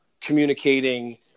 communicating